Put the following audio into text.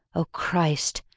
o christ!